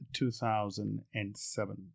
2007